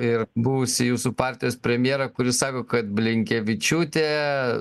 ir buvusį jūsų partijos premjerą kuris sako kad blinkevičiūtė